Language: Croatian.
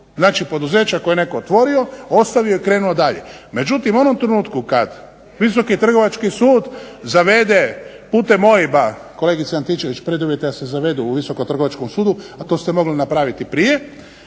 Znači, poduzeća koja je netko otvorio, ostavio i krenuo dalje. Međutim, u onom trenutku kad Visoki trgovački sud zavede putem OIB, kolegice Antičević preduvjet je da se zavedu u Visokom trgovačkom sudu, a to ste mogli napraviti prije.